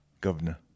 Governor